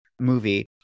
movie